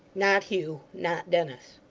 not hugh. not dennis.